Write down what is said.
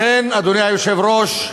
לכן, אדוני היושב-ראש,